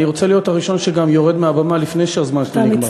אני רוצה להיות הראשון שגם יורד מהבמה לפני שהזמן שלו נגמר.